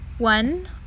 One